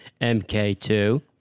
MK2